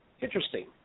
Interesting